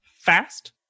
fast